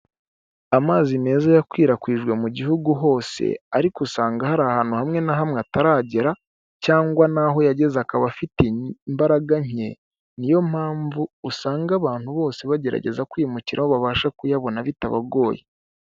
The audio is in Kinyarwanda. Amazi meza yakwirakwijwe mu gihugu hose, ariko usanga hari ahantu hamwe na hamwe ataragera cyangwa n'aho yageze akaba afite imbaraga nke, ni yo mpamvu usanga abantu bose bagerageza kwimukira aho babasha kuyabona bitabagoye.